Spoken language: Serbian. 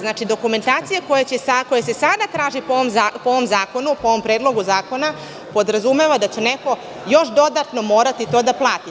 Znači, dokumentacija koja se sada traži po ovom zakonu, po ovom Predlogu zakona, podrazumeva da će neko još dodatno morati to da plati.